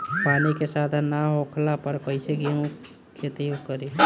पानी के साधन ना होखला पर कईसे केहू खेती करी